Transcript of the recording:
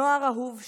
נוער אהוב שלנו,